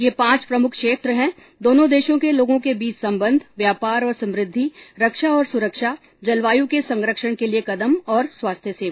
ये पांच प्रमुख क्षेत्र हैं दोनों देशों के लोगों के बीच संबंध व्यापार और समुद्धि रक्षा और सुरक्षा जलवायु के संरक्षण के लिए कदम और स्वास्थ्य सेवा